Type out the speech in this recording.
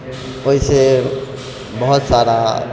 ओहिसँ बहुत सारा